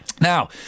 Now